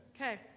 Okay